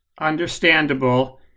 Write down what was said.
understandable